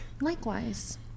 Likewise